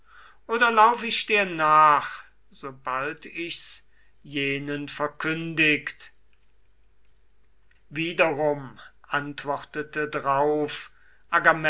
oder lauf ich dir nach sobald ich's jenen verkündigt wiederum antwortete drauf